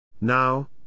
Now